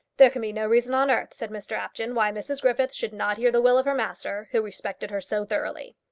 there can be no reason on earth, said mr apjohn, why mrs griffith should not hear the will of her master, who respected her so thoroughly.